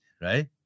right